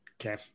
Okay